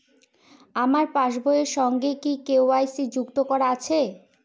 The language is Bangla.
আমার পাসবই এর সঙ্গে কি কে.ওয়াই.সি যুক্ত করা আছে?